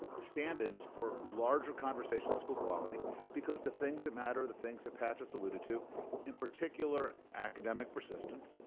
stand-ins for larger conversation school quality because the things that matter, the things that pat just alluded to in particular, academic persistence.